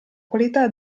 qualità